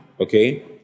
Okay